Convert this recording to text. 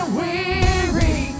weary